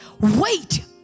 wait